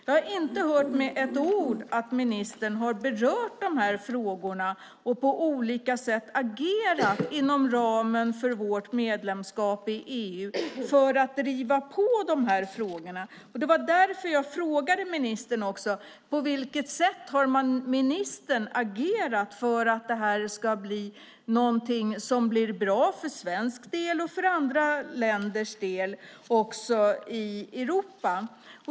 Jag har inte hört med ett ord att ministern har berört frågorna och på olika sätt agerat inom ramen för vårt medlemskap i EU för att driva på frågorna. Det var därför jag frågade ministern på vilket sätt ministern har agerat för att det här ska bli något som blir bra för svensk del och för andra länders del också i Europa.